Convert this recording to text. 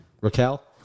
Raquel